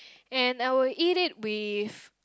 and I will eat it with